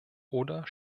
oder